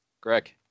Greg